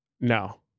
no